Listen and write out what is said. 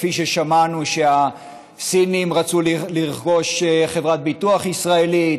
כפי ששמענו שהסינים רצו לרכוש חברת ביטוח ישראלית,